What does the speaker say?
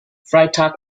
freitag